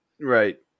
Right